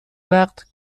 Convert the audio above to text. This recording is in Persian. وقت